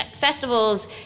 festivals